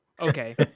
okay